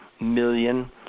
million